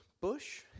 bush